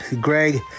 Greg